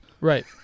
right